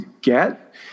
get